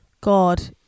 God